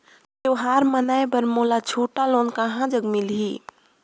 त्योहार मनाए बर मोला छोटा लोन कहां जग मिलही?